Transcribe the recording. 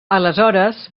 aleshores